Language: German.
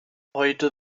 heute